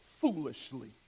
foolishly